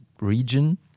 region